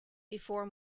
before